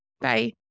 Bye